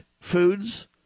foods